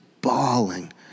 bawling